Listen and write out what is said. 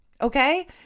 Okay